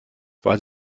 weil